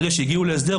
ברגע שהגיעו להסדר,